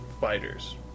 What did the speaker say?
fighters